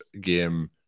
game